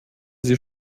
sie